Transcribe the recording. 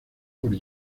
por